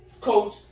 coach